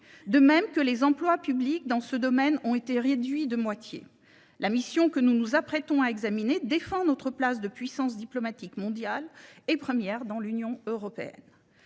de même que les emplois publics dans ce domaine, qui ont été réduits de moitié. La mission que nous nous apprêtons à examiner défend notre place de puissance diplomatique mondiale, la première au sein de l’Union européenne.